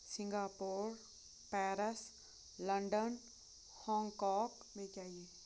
Singapore Paris London Hong کاک مےٚ کیٛاہ یہِ